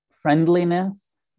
friendliness